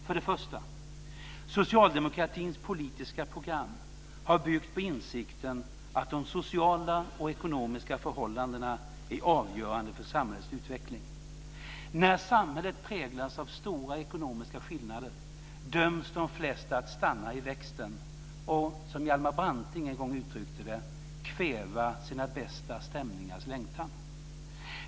För det första: Socialdemokratins politiska program har byggt på insikten att de sociala och ekonomiska förhållandena är avgörande för samhällsutvecklingen. När samhället präglas av stora ekonomiska skillnader döms de flesta att stanna i växten och, som Hjalmar Branting en gång uttryckte det, kväva sina bästa stämningars längtan.